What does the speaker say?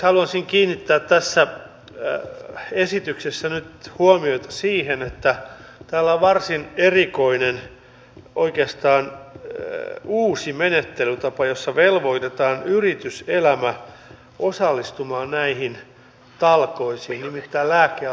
haluaisin kiinnittää tässä esityksessä nyt huomiota siihen että täällä on varsin erikoinen oikeastaan uusi menettelytapa jossa velvoitetaan yrityselämä osallistumaan näihin talkoisiin nimittäin lääkealan toimijat